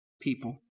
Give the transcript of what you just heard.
people